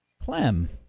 Clem